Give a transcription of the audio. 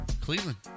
Cleveland